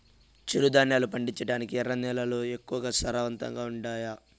చిరుధాన్యాలు పండించటానికి ఎర్ర నేలలు ఎక్కువగా సారవంతంగా ఉండాయా